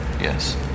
yes